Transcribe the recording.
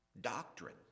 Doctrine